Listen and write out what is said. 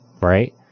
right